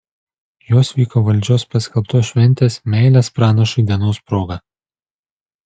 jos vyko valdžios paskelbtos šventės meilės pranašui dienos proga